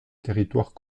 territoire